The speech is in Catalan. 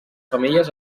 femelles